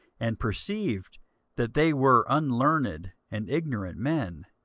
and perceived that they were unlearned and ignorant men,